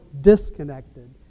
disconnected